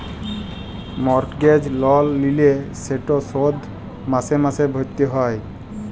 mortgage লল লিলে সেট শধ মাসে মাসে ভ্যইরতে হ্যয়